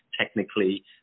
technically